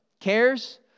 Cares